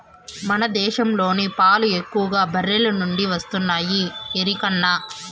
మన దేశంలోని పాలు ఎక్కువగా బర్రెల నుండే వస్తున్నాయి ఎరికనా